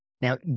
Now